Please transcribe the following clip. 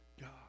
God